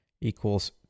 equals